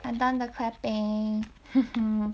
I done the crapping